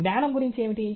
జ్ఞానం గురించి ఏమిటి